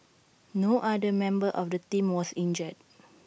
no other member of the team was injured